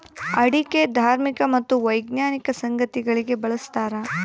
ಅಡಿಕೆ ಧಾರ್ಮಿಕ ಮತ್ತು ವೈಜ್ಞಾನಿಕ ಸಂಗತಿಗಳಿಗೆ ಬಳಸ್ತಾರ